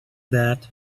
that